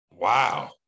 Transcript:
Wow